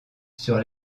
sur